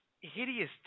hideous